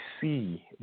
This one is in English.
see